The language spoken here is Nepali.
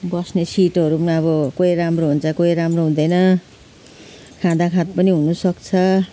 बस्ने सिटहरू पनि अब कोही राम्रो हुन्छ कोही राम्रो हुँदैन खाँदाखाँद पनि हुनसक्छ